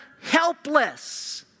helpless